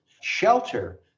shelter